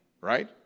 right